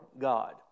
God